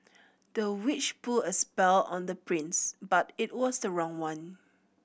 the witch put a spell on the prince but it was the wrong one